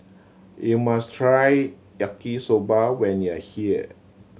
you must try Yaki Soba when you are here